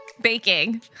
Baking